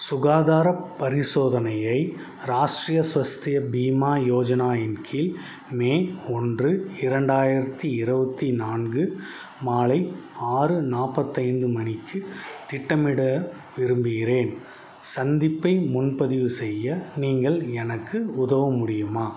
சுகாதாரப் பரிசோதனையை ராஷ்டிரிய ஸ்வஸ்திய பீமா யோஜனா இன் கீழ் மே ஒன்று இரண்டாயிரத்தி இருவத்தி நான்கு மாலை ஆறு நாற்பத்தைந்து மணிக்கு திட்டமிட விரும்புகிறேன் சந்திப்பை முன்பதிவு செய்ய நீங்கள் எனக்கு உதவ முடியுமா